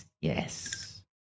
Yes